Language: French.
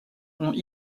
ont